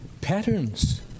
Patterns